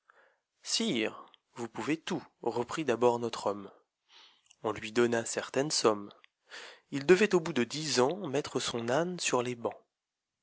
sire vous pouvez tout reprit d'abord notre homme on lui donna certaine somme il devait au bout de dix ans mettre son âne sur les bancs